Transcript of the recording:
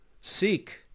Seek